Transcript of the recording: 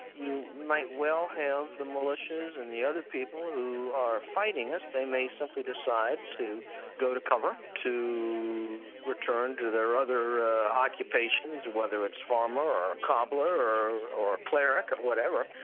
you might well have the militias and the other people who are fighting us, they may simply decide to go to cover, to return to their other occupations whether it's farmer, or cobbler or or cleric, whatever,